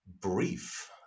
brief